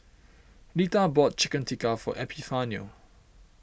Letha bought Chicken Tikka for Epifanio